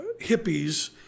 hippies